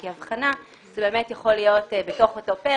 כי הבחנה זה באמת יכול להיות בתוך אותו פרק,